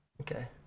Okay